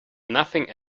nothing